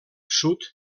sud